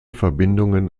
verbindungen